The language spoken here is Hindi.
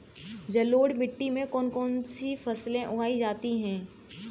जलोढ़ मिट्टी में कौन कौन सी फसलें उगाई जाती हैं?